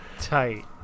Tight